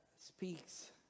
speaks